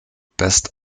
best